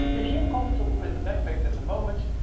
if you're comfortable with the backpack at the moment,